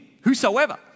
whosoever